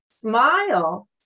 smile